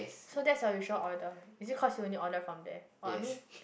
so that's your usual order is it cause you only order from there or I mean